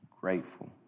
grateful